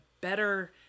better